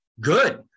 good